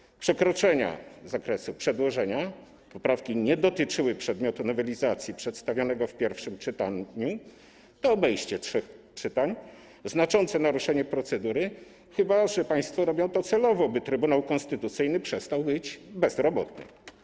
Z powodu przekroczenia zakresu przedłożenia - poprawki nie dotyczyły przedmiotu nowelizacji przedstawianego w pierwszym czytaniu, to obejście trzech czytań, znaczące naruszenie procedury, chyba że państwo robią to celowo, by Trybunał Konstytucyjny przestał być bezrobotny.